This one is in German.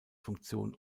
funktion